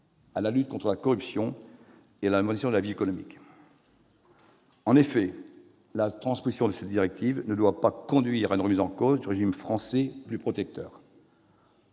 à la lutte contre la corruption et à la modernisation de la vie économique. En effet, la transposition de la directive ne doit pas conduire à une remise en cause du régime français plus protecteur,